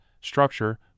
structure